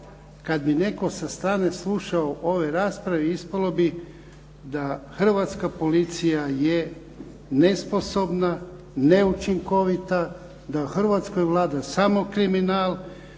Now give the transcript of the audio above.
Kad bi netko sa strane slušao ove rasprave ispalo bi da Hrvatska policija je nesposobna, neučinkovita, da u Hrvatskoj vlada samo kriminal,